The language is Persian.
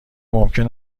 ممکن